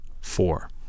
four